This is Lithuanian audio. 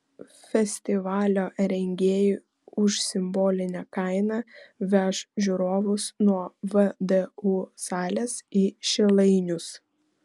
festivalio rengėjai už simbolinę kainą veš žiūrovus nuo vdu salės į šilainius